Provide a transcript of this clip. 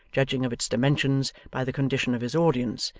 judging of its dimensions by the condition of his audience,